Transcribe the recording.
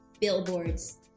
billboards